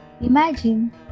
imagine